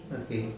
okay